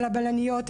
על הבלניות,